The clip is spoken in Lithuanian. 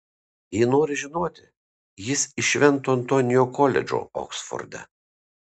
jei nori žinoti jis iš švento antonio koledžo oksforde